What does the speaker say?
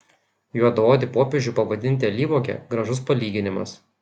juodaodį popiežių pavadinti alyvuoge gražus palyginimas